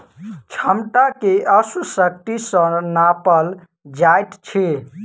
क्षमता के अश्व शक्ति सॅ नापल जाइत अछि